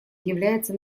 является